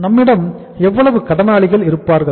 நம்மிடம் எவ்வளவு கடனாளிகள் இருப்பார்கள்